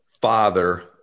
father